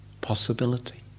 possibility